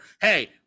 Hey